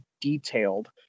detailed